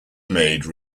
made